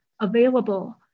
available